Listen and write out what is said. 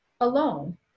alone